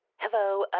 hello,